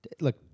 Look